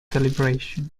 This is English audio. deliberation